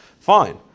Fine